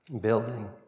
building